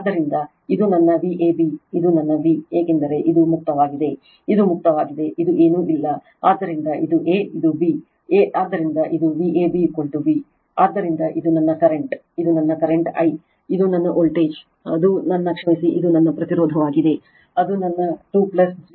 ಆದ್ದರಿಂದ ಇದು ನನ್ನ VAB ಇದು ನನ್ನ v